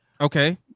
Okay